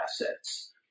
assets